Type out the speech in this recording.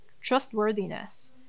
trustworthiness